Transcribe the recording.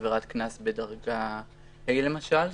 עברית קנס בדרגה ה' למשל,